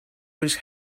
was